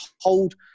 hold